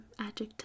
adjective